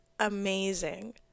amazing